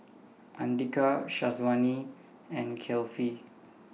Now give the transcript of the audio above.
Andika Syazwani and Kefli